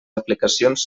aplicacions